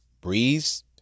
Breeze